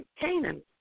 Canaan